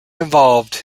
involved